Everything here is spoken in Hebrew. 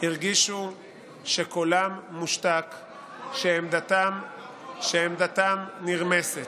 הרגישו שקולם מושתק, שעמדתם נרמסת,